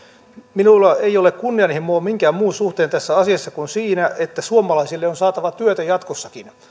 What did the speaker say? minulla ei ole kunnianhimoa minkään muun suhteen tässä asiassa kuin siinä että suomalaisille on saatava työtä jatkossakin